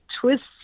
twists